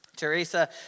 Teresa